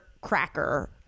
cracker